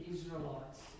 Israelites